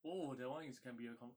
oh that one is can be a coun~